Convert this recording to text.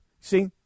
See